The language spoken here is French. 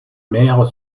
maire